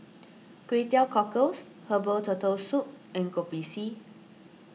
Kway Teow Cockles Herbal Turtle Soup and Kopi C